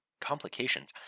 complications